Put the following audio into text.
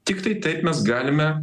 tiktai taip mes galime